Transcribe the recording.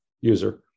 user